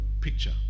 picture